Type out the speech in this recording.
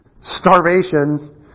starvation